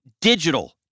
digital